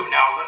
Now